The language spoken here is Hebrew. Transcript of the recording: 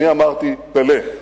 אני אמרתי: פלה.